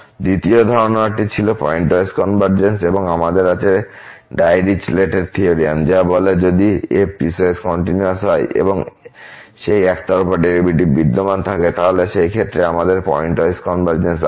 দ্বিতীয় ধারণাটি ছিল পয়েন্টওয়াইজ কনভারজেন্স এবং আমাদের আছে ডাইরিচলেট থিওরেম যা বলে যে যদি f পিসওয়াইস কন্টিনিউয়াস হয় এবং সেই একতরফা ডেরিভেটিভস বিদ্যমান থাকে তাহলে সেই ক্ষেত্রে আমাদের পয়েন্টওয়াইজ কনভারজেন্স আছে